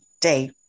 day